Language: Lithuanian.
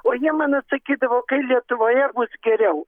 o jie man atsakydavo kai lietuvoje bus geriau